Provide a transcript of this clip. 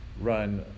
run